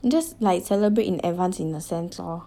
you just like celebrate in advance in a sense lor